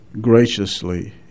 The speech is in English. Graciously